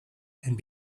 and